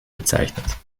bezeichnet